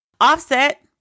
Offset